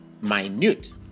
minute